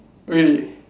really